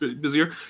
busier